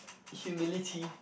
humility